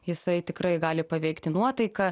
jisai tikrai gali paveikti nuotaiką